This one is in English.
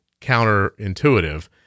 counterintuitive